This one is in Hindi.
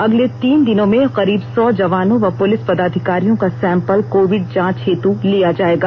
अगले तीन दिनों में करीब सौ जवानों व पुलिस पदाधिकारियों का सैंपल कोविड जांच हेतू लिया जाएगा